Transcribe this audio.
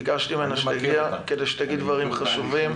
ביקשתי ממנה שתגיע כדי שתגיד דברים חשובים.